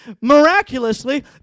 miraculously